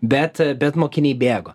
bet bet mokiniai bėgo